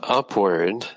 upward